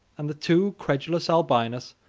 and the too credulous albinus,